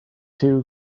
two